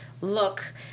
look